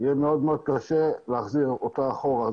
יהיה מאוד מאוד קשה להחזיר אותה אחורה.